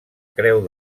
creu